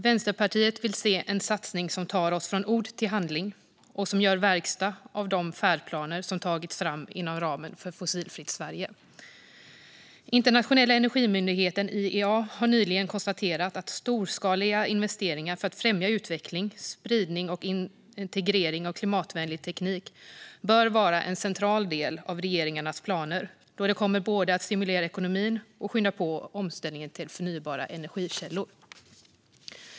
Vänsterpartiet vill se en satsning som tar oss från ord till handling och som gör verkstad av de färdplaner som tagits fram inom ramen för Fossilfritt Sverige. Internationella energirådet, IEA, har nyligen konstaterat att storskaliga investeringar för att främja utveckling, spridning och integrering av klimatvänlig teknik bör vara en central del av regeringarnas planer då detta kommer att både stimulera ekonomin och skynda på omställningen till förnybara energikällor.